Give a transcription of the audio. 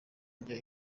ndya